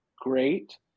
great